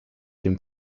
dem